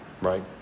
right